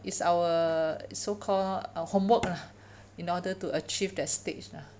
it's our so called uh homework lah in order to achieve that stage lah